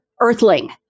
Earthling